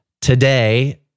today